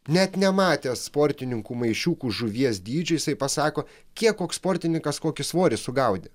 net nematęs sportininkų maišiukų žuvies dydžio jisai pasako kiek koks sportininkas kokį svorį sugaudė